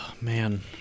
Man